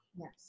Yes